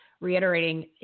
reiterating